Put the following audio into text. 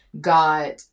got